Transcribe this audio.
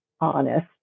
honest